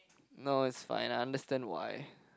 no is fine I understand why